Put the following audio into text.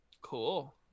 Cool